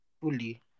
Fully